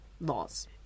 laws